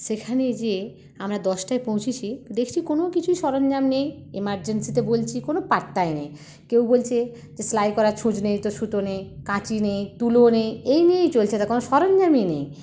সেখানে যেয়ে আমরা দশটায় পৌঁছেছি দেখছি কোন কিছুই সরঞ্জাম নেই এমারজেন্সিতে বলছি কোন পাত্তাই নেই কেউ বলছে সেলাই করার ছুঁচ নেই তো সুতো নেই কাঁচি নেই তুলো নেই এই নিয়ে চলছে কোন সরঞ্জামই নেই